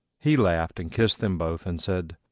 he laughed and kissed them both, and said,